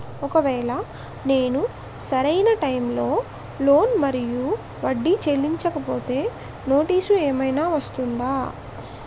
ఒకవేళ నేను సరి అయినా టైం కి లోన్ మరియు వడ్డీ చెల్లించకపోతే నోటీసు ఏమైనా వస్తుందా?